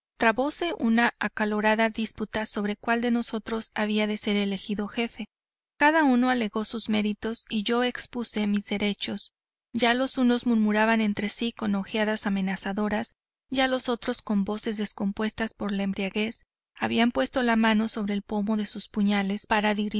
trabóse una acalorada disputa sobre cual de nosotros había de ser elegido jefe cada uno alegó sus méritos yo expuse mis derechos ya los unos murmuraban entre si con ojeadas amenazadoras ya los otros con voces descompuestas por la embriaguez habían puesto la mano sobre el pomo de sus puñales para